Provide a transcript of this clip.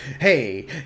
hey